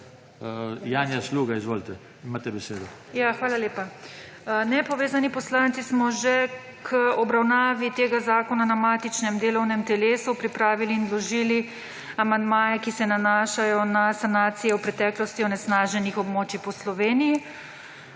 Janja Sluga, izvolite, imate besedo. JANJA SLUGA (PS NP): Hvala lepa. Nepovezani poslanci smo že k obravnavi tega zakona na matičnem delovnem telesu pripravili in vložili amandmaje, ki se nanašajo na sanacijo v preteklosti onesnaženih območij po Sloveniji.